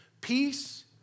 Peace